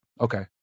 okay